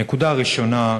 הנקודה הראשונה: